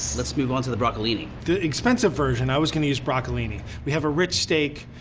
let's move on to the broccolini. the expensive version i was gonna use broccolini. we have a rich steak,